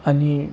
आणि